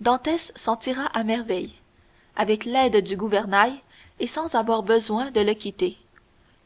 dantès s'en tira à merveille avec l'aide du gouvernail et sans avoir besoin de le quitter